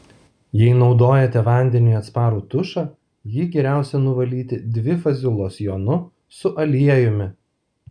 jei naudojate vandeniui atsparų tušą jį geriausia nuvalyti dvifaziu losjonu su aliejumi